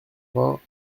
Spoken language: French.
vingt